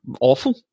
awful